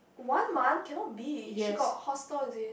one month cannot be she got hostel is it